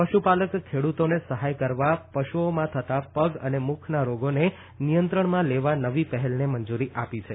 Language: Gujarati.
પશુપાલક ખેડુતોને સહાય કરવા પશુઓમાં થતાં પગ અને મુખના રોગોને નિયંત્રણમાં લેવા નવી પહેલને મંજુરી આપી છે